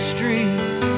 Street